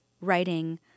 writing